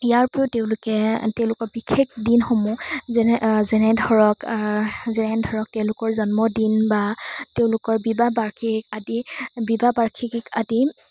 ইয়াৰ উপৰিও তেওঁলোকে তেওঁলোকৰ বিশেষ দিনসমূহ যেনে যেনে ধৰক যেনে ধৰক তেওঁলোকৰ জন্মদিন বা তেওঁলোকৰ বিবাহ বাৰ্ষিক আদি বিবাহ বাৰ্ষিকী আদি